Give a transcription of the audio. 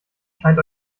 scheint